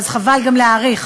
אז חבל גם להאריך,